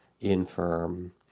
infirm